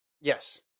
Yes